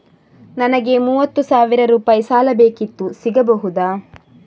ನನಗೆ ಮೂವತ್ತು ಸಾವಿರ ರೂಪಾಯಿ ಸಾಲ ಬೇಕಿತ್ತು ಸಿಗಬಹುದಾ?